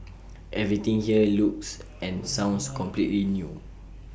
everything here looks and sounds completely new